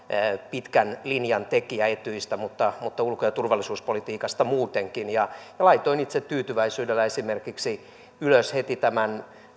pitkän linjan tekijä etyjistä ja ulko ja turvallisuuspolitiikasta muutenkin laitoin itse tyytyväisyydellä esimerkiksi ylös heti tämän